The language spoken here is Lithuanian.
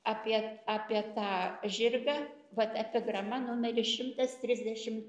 apie apie tą žirgą vat epigrama numeris šimtas trisdešim